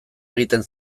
egiten